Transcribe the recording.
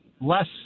less